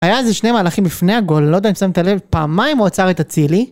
היה איזה שני מהלכים לפני הגול, לא יודע אם שמת לב, פעמיים הוא עצר את אצילי.